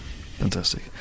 Fantastic